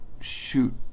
shoot